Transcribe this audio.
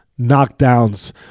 knockdowns